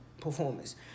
performance